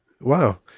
Wow